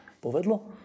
Povedlo